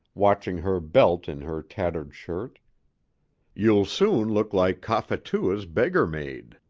watching her belt in her tattered shirt you'll soon look like cophetua's beggar maid.